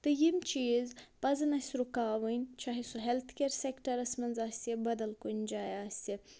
تہٕ یِم چیٖز پَزَن اَسہِ رُکاوٕنۍ چاہے سُہ ہٮ۪لتھ کیر سِٮ۪کٹَرَس منٛز آسہِ یا بدل کُنہِ جایہِ آسہِ